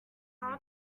how